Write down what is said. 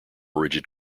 rigid